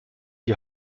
die